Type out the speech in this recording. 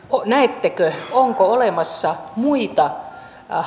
näettekö onko olemassa muita